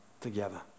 together